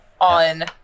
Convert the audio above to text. on